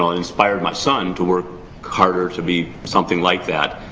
inspired my son to work harder to be something like that.